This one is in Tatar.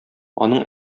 аның